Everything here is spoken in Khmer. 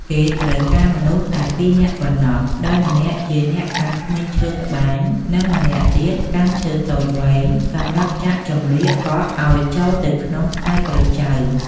គេត្រូវការមនុស្សតែពីរនាក់ប៉ុណ្ណោះ ដោយម្នាក់ជាអ្នកកាន់ធ្មេញឈើត្បាញ និងម្នាក់ ទៀតកាន់ឈើតូចវែងសំរាប់ចាក់ចំរៀកកក់អោយចូលទៅក្នុងខ្សែក្រចៅ ។